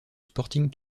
sporting